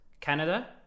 Canada